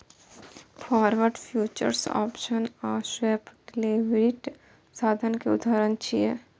forward, futures, options आ swap derivative साधन के उदाहरण छियै